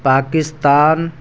Pakistan